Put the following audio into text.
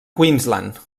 queensland